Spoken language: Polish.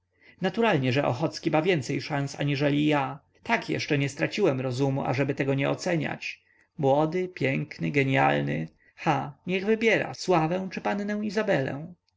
naturalnie że ochocki ma więcej szans aniżeli ja tak jeszcze nie straciłem rozumu ażeby tego nie oceniać młody piękny genialny ha niech wybiera sławę czy pannę izabelę